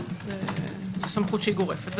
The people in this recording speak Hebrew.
זו סמכות שהיא גורפת.